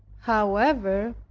however,